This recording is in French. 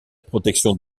protection